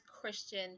Christian